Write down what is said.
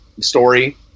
story